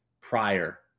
prior